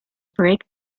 break